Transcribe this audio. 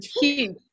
Huge